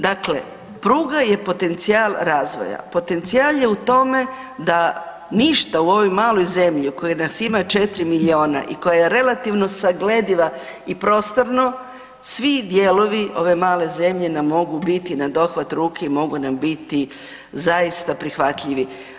Dakle, pruga je potencijal razvoja, potencijal je u tome da ništa u ovoj maloj zemlji u kojoj nas ima 4 milijuna i koja je relativno saglediva i prostorno, svi dijelovi ove male zemlje nam mogu biti na dohvat ruke i mogu nam biti zaista prihvatljivi.